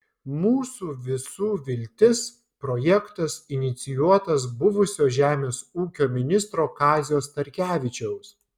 mūsų visų viltis projektas inicijuotas buvusio žemės ūkio ministro kazio starkevičiaus